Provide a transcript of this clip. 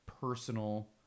personal